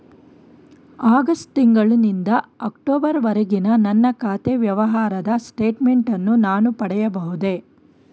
August ತಿಂಗಳು ನಿಂದ October ವರೆಗಿನ ನನ್ನ ಖಾತೆ ವ್ಯವಹಾರದ ಸ್ಟೇಟ್ಮೆಂಟನ್ನು ನಾನು ಪಡೆಯಬಹುದೇ?